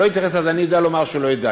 לא התייחס, אז אני יודע לומר שהוא לא יודע.